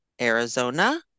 Arizona